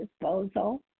disposal